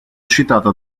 citata